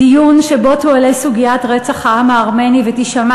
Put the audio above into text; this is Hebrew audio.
שבו תועלה סוגיית רצח העם הארמני ותישמע